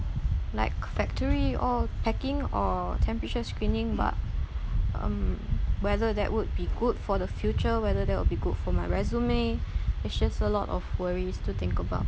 like factory or packing or temperature screening but um whether that would be good for the future whether that will be good for my resume it's just a lot of worries to think about